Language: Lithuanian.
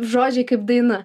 žodžiai kaip daina